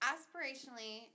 Aspirationally